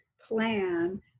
plan